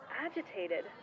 agitated